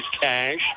Cash